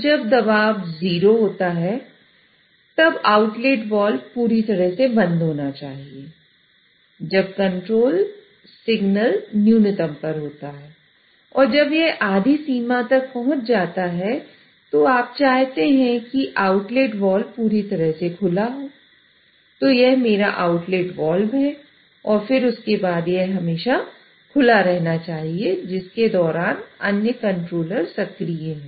तो जब दबाव 0 होता है तब आउटलेट वाल्व है और फिर उसके बाद यह हमेशा खुला रहना चाहिए जिसके दौरान अन्य कंट्रोलर सक्रिय है